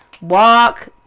walk